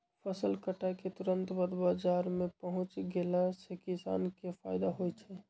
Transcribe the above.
फसल कटाई के तुरत बाद बाजार में पहुच गेला से किसान के फायदा होई छई